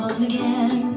again